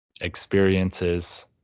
Experiences